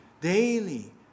daily